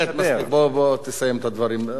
מספיק, תסיים את הדברים.